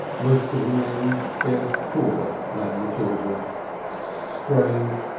most of the men scarce taller than the children strange,